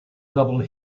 double